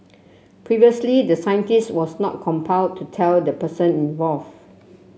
previously the scientist was not compelled to tell the person involve